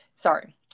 sorry